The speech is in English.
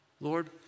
Lord